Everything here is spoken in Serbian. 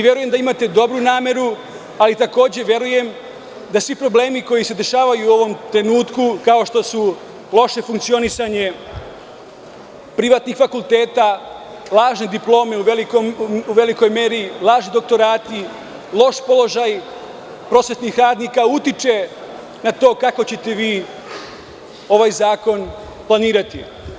Verujem da imate dobru nameru, ali takođe verujem da svi problemi koji se dešavaju u ovom trenutku, kao što su loše funkcionisanje privatnih fakulteta, lažne diplome u velikoj meri, lažni doktorati, loš položaj prosvetnih radnika, utiču na to kako ćete vi ovaj zakon planirati.